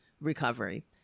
recovery